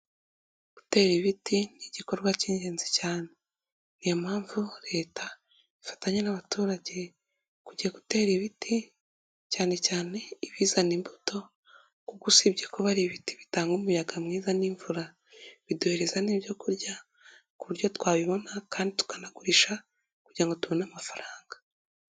Gutera ibiti ni igikorwa k'ingenzi cyane ni iyo mpamvu leta ifatanya n'abaturage kujya gutera ibiti, cyane cyane ibizana imbuto kuko usibye kuba ari ibiti bitanga umuyaga mwiza n'imvura, biduhereza n'ibyokurya ku buryo twabibona kandi tukanagurisha, kugira ngo tubone amafaranga.